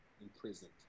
imprisoned